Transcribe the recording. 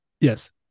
Yes